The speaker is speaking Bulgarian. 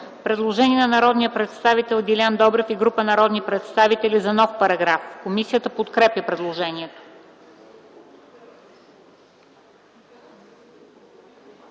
предложение на народния представител Делян Добрев и група народни представители. Комисията подкрепя предложението.